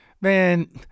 man